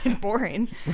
Boring